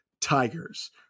Tigers